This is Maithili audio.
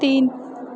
तीन